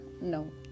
No